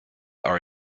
are